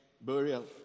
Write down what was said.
burial